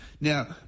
Now